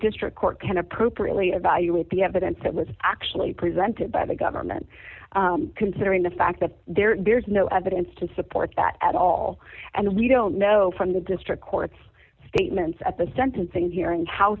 district court can appropriately evaluate the evidence that was actually presented by the government considering the fact that there's no evidence to support that at all and we don't know from the district court's statements at the sentencing hearing how